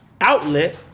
outlet